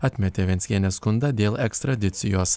atmetė venckienės skundą dėl ekstradicijos